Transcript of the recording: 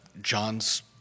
John's